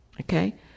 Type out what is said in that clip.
Okay